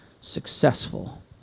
successful